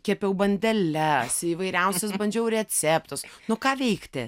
kepiau bandeles įvairiausius bandžiau receptus nu ką veikti